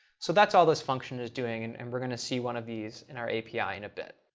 so that's all this function is doing, and and we're going to see one of these in our api in a bit.